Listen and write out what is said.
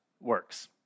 works